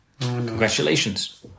Congratulations